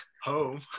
Home